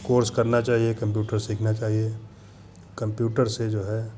course करना चाहिए computer सीखना चाहिए कम्प्यूटर से जो है